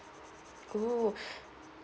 oh